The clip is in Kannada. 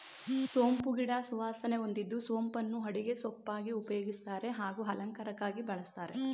ಸೋಂಪು ಗಿಡ ಸುವಾಸನೆ ಹೊಂದಿದ್ದು ಸೋಂಪನ್ನು ಅಡುಗೆ ಸೊಪ್ಪಾಗಿ ಉಪಯೋಗಿಸ್ತಾರೆ ಹಾಗೂ ಅಲಂಕಾರಕ್ಕಾಗಿ ಬಳಸ್ತಾರೆ